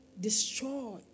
destroy